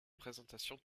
présentations